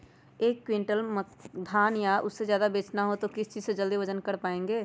एक क्विंटल धान या उससे ज्यादा बेचना हो तो किस चीज से जल्दी वजन कर पायेंगे?